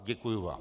Děkuji vám.